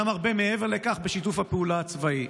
גם הרבה מעבר לכך, בשיתוף הפעולה הצבאי.